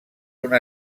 una